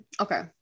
Okay